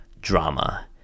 drama